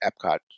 Epcot